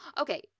Okay